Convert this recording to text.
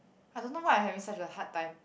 I don't know why I having such a hard time